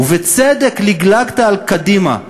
ובצדק לגלגת על קדימה,